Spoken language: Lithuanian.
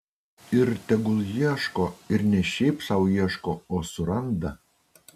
ir tegul ieško ir ne šiaip sau ieško o suranda